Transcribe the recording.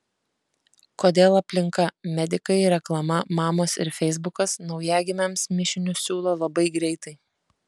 kodėl aplinka medikai reklama mamos ir feisbukas naujagimiams mišinius siūlo labai greitai